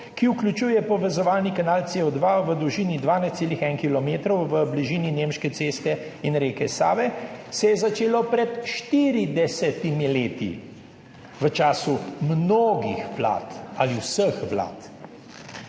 ki vključuje povezovalni kanal C0 v dolžini 12,1 kilometra v bližini Nemške ceste in reke Save, se je začelo pred 40 leti v času mnogih vlad ali vseh vlad.